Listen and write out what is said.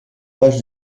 page